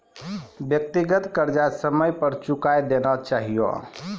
व्यक्तिगत कर्जा समय पर चुकाय देना चहियो